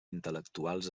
intel·lectuals